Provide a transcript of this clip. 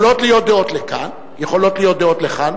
יכולות להיות דעות לכאן, יכולות להיות דעות לכאן,